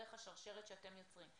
דרך השרשרת שאתם יוצרים,